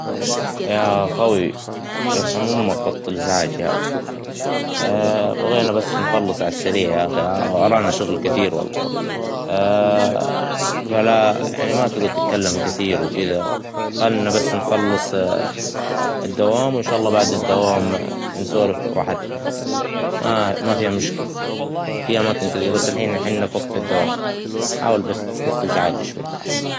يا أخوى يرحم أمك بطل إزعاج يخى بغينا بس نخلص على السريع ياخى ورانا شغل كثير والله فلا يعنى ما تقعد تتكلم كثير وكدا ، خلينا بس نخلص الدوام وإن شاء الله بعد الدوام نسولف برحتنا يعنى ، ما ما فيها مشكلة فى أماكن كثير بس الحين نحنا فى وقت الدوام ، حاول بس تخف إزعاج شوى.